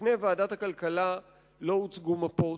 בפני ועדת הכלכלה לא הוצגו מפות.